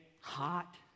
Hot